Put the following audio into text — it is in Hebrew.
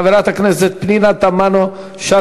חברת הכנסת פנינה תמנו-שטה,